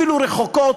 אפילו רחוקות,